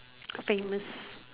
I think this